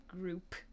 group